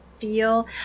feel